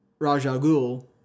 Rajagul